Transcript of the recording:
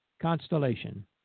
constellation